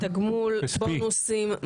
בונוסים,